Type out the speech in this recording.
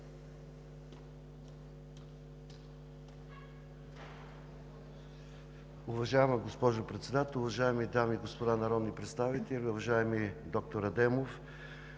Уважаема госпожо Председател, уважаеми дами и господа народни представители, уважаеми доктор